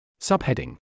Subheading